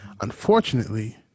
Unfortunately